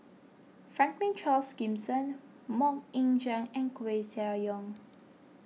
Franklin Charles Gimson Mok Ying Jang and Koeh Sia Yong